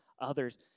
others